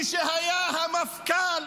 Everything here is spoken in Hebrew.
מי שהיה המפכ"ל,